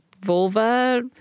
vulva